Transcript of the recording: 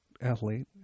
athlete